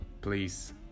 please